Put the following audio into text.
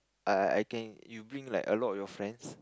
I I can you bring like a lot of your friends